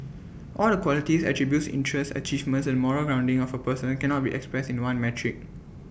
all the qualities attributes interests achievements and moral grounding of A person cannot be expressed in one metric